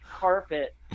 carpet